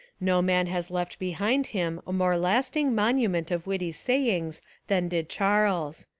no man has left behind him a more lasting monument of witty sayings than did charles.